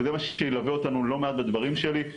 וזה משהו שילווה אותנו לא מעט בדברים שלי,